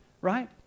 right